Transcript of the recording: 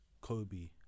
Kobe